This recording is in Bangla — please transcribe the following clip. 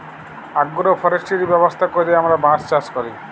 আগ্রো ফরেস্টিরি ব্যবস্থা ক্যইরে আমরা বাঁশ চাষ ক্যরি